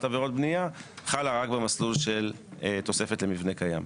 עבירות בניה" חלה רק במסלול של תוספת למבנה קיים.